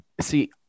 See